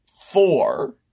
four